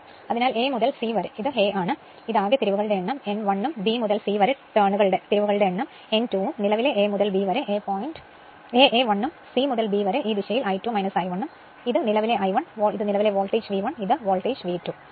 അതിനാൽ A മുതൽ C വരെ ഇത് A ആണ് ഇത് ആകെ തിരിവുകളുടെ എണ്ണം N1 ഉം B മുതൽ C വരെ ടേണുകളുടെ എണ്ണം N2 ഉം നിലവിലെ A മുതൽ Bവരെ A 1 ഉം C മുതൽ B വരെ ഈ ദിശയിൽ I2 I1 ഉം ഇതാണ് നിലവിലെ I1 ഇതാണ് വോൾട്ടേജ് V1 ഇതാണ് വോൾട്ടേജ് V2